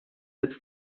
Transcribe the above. setzt